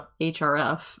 hrf